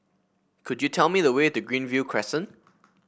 could you tell me the way to Greenview Crescent